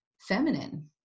feminine